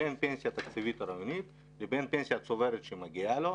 בין פנסיה תקציבית רעיונית לבין הפנסיה הצוברת שמגיעה לו,